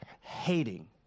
hating